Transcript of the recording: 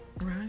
Right